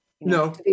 No